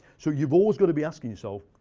so you've always got to be asking yourself,